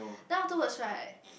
then afterwards right